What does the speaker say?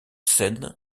scène